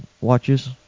watches